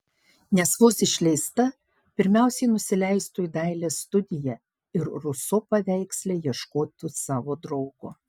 nes vos išleista pirmiausiai nusileistų į dailės studiją ir ruso paveiksle ieškotų savo draugo